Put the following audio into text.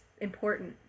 important